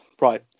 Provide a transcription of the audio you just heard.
right